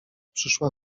przyszła